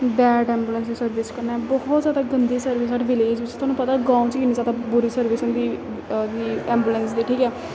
bed ambulance दी service कन्नै बहुत ज्यादा गंदी सर्विस साढ़े विलेज च थुहानूं पता गांव च इन्नी जादा बुरी सर्विस होंदी ओह्दी ऐंबुलेंस दी ठीक ऐ